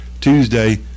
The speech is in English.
Tuesday